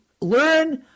learn